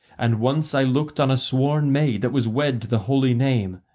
and once i looked on a sworn maid that was wed to the holy name.